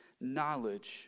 knowledge